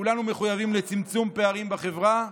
כולנו מחויבים לצמצום פערים בחברה.